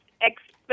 expect